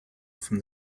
from